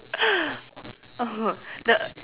oh the